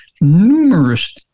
numerous